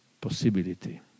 possibility